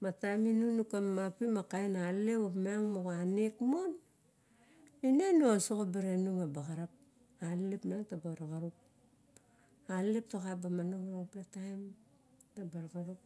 Ma taem niagin nu kamapim a kaen a lele opiang moxa nek mon ine nuosoxo, alelep taxa ba monong longpla taim taba noxorop.